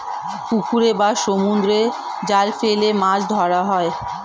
পুকুরে বা সমুদ্রে জাল ফেলে মাছ ধরা হয়